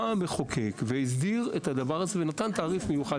המחוקק הסדיר את הדבר הזה ונתן תעריף מיוחד